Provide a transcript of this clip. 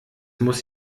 muss